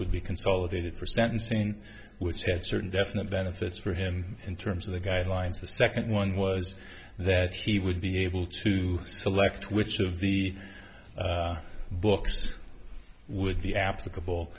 would be consolidated for sentencing which had certain definite benefits for him in terms of the guidelines the second one was that he would be able to select which of the books would be applicable